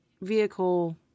vehicle